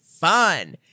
fun